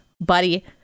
buddy